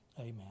amen